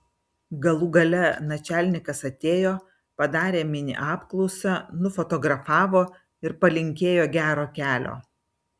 galų gale načialnikas atėjo padarė mini apklausą nufotografavo ir palinkėjo gero kelio